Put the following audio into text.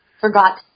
forgot